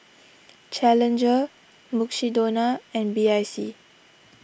Challenger Mukshidonna and B I C